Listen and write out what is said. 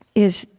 is,